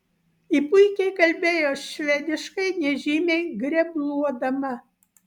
ji puikiai kalbėjo švediškai nežymiai grebluodama